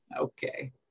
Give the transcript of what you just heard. Okay